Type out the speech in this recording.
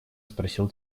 спросил